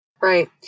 right